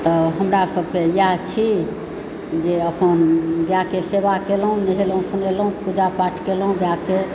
तऽ हमरा सबके इएह छी जे अपन गायके सेवा केलहुँ नहेलहुँ सुनेलहुँ पूजा पाठ केलहुँ गायके